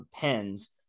pens